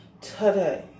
today